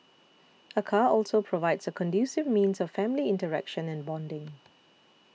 a car also provides a conducive means of family interaction and bonding